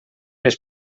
les